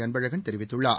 அன்பழகன் தெரிவித்துள்ளார்